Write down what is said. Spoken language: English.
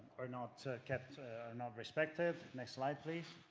are not kept not respected. next slide, please.